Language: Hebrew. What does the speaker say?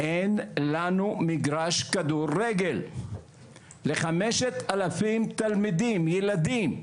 אין לנו מגרש כדורגל לחמשת אלפים תלמידים, ילדים,